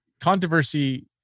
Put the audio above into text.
Controversy